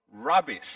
rubbish